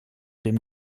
dem